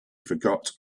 forgot